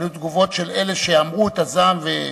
אבל היו תגובות של אלה שאמרו את הזעם.